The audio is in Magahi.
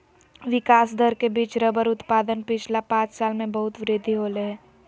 विकास दर के बिच रबर उत्पादन पिछला पाँच साल में बहुत वृद्धि होले हें